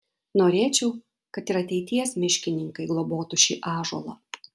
norėčiau kad ir ateities miškininkai globotų šį ąžuolą